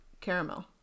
caramel